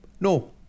No